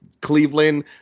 Cleveland